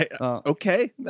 Okay